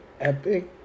epic